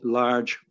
large